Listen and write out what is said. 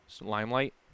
limelight